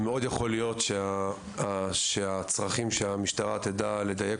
ומאוד יכול להיות שהצרכים שהמשטרה תדע לדייק